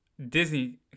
Disney